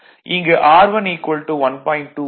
இங்கு R1 1